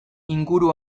inguru